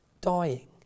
dying